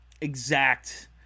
exact